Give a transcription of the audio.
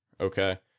okay